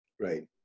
Right